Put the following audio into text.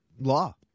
law